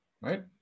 right